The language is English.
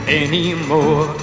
anymore